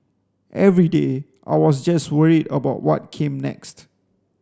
every day I was just worried about what came next